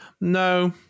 no